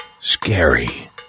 Scary